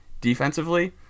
defensively